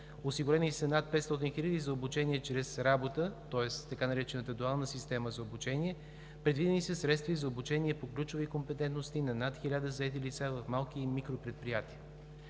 Осигурени са над 500 хиляди за обучение чрез работа – тоест така наречената дуална система за обучение. Предвидени са средства и за обучение по ключови компетентности на над 1000 заети лица в малки и микропредприятия.